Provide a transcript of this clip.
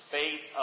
faith